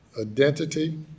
identity